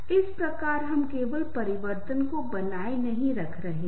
आप अपने जैसे किसी की तलाश करते हैं